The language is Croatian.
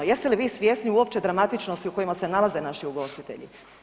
Jeste li vi svjesni uopće dramatičnosti u kojima se nalaze naši ugostitelji?